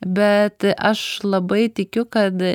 bet aš labai tikiu kad